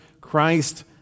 Christ